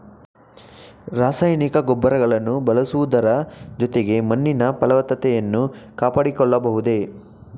ರಾಸಾಯನಿಕ ಗೊಬ್ಬರಗಳನ್ನು ಬಳಸುವುದರ ಜೊತೆಗೆ ಮಣ್ಣಿನ ಫಲವತ್ತತೆಯನ್ನು ಕಾಪಾಡಿಕೊಳ್ಳಬಹುದೇ?